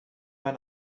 man